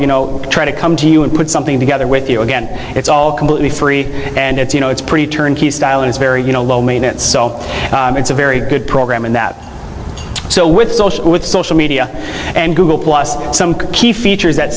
you know try to come to you and put something together with you again it's all completely free and it's you know it's pretty turnkey style and it's very you know low maintenance so it's a very good program and that so with so with social media and google plus some key features that